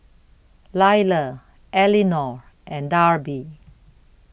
Lila Elinor and Darby